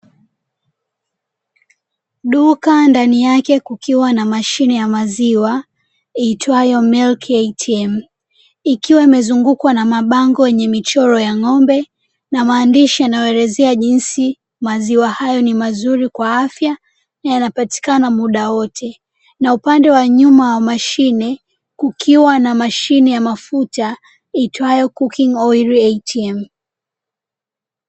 Duka ndani yake kukiwa na mashine ya maziwa iitwayo (Milk ATM), ikiwa imezungukwa na mabango yenye michoro ya ngombe na maandishi yanayoelezea jinsi maziwa hayo ni mazuri kwa afya na yanapatikana muda wote, na upande wa nyuma ya mashine kukiwa na mashine ya mafuta iitwayo "COOKING OIL ATM".